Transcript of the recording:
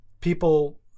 People